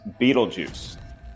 Beetlejuice